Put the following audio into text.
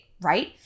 right